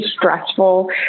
stressful